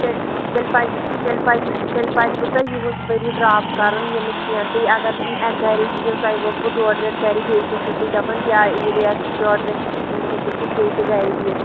تیٚلہِ تیٚلہِ پَزِ تیٚلہِ پَزِ تیٚلہِ پَزوٕ تۄہہِ یِہُس ؤری ڈرٛاپ کَرُن یہِ نہٕ کیٚنٛہہ تُہۍ اگر اکہِ گَرے بِہِو تۄہہِ ووتوٕ ڈۄڈ رٮ۪تھ گَرِ بیٚیہِ تہِ چھُو تُہۍ دَپان بیٛاکھ ڈۄڈٕ رٮ۪تھ ہیٚکِو تُہۍ بیٚیہِ تہِ گَرِ بِہِتھ